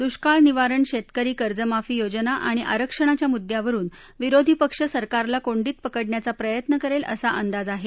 दुष्काळ निवारण शेतकरी कर्जमाफी योजना आणि आरक्षणाच्या मुद्द्यावरून विरोधी पक्ष सरकारला कोंडीत पकडण्याचा प्रयत्न करेल असा अंदाज आहे